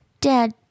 Dad